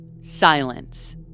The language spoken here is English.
Silence